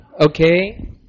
okay